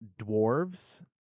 dwarves